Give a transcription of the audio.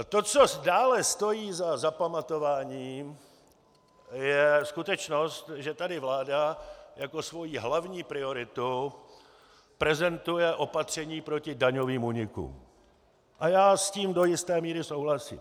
To, co dále stojí za zapamatování, je skutečnost, že tady vláda jako svoji hlavní prioritu prezentuje opatření proti daňovým únikům, a já s tím do jisté míry souhlasím.